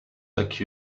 like